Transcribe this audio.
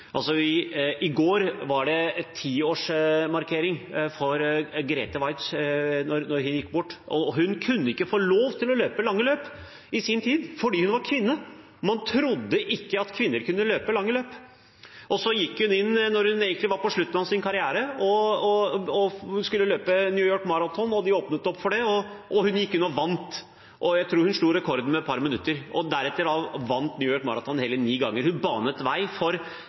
tiårsmarkering for datoen da Grete Waitz gikk bort, og hun kunne ikke få lov til å løpe lange løp i sin tid fordi hun var kvinne. Man trodde ikke at kvinner kunne løpe lange løp. Så gikk hun inn da hun egentlig var på slutten av sin karriere, og løp New York Marathon da de åpnet opp for det, og hun vant. Jeg tror hun slo rekorden med et par minutter. Og deretter vant hun New York Marathon hele ni ganger. Hun banet vei for